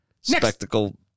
spectacle